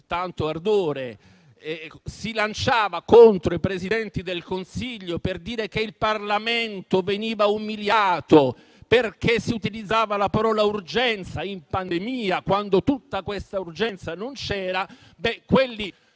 tanto ardore - si lanciava contro l'allora Presidente del Consiglio, per dire che il Parlamento veniva umiliato, perché si utilizzava la parola «urgenza» in pandemia, quando tutta quell'urgenza non c'era. Ciò